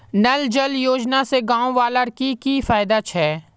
नल जल योजना से गाँव वालार की की फायदा छे?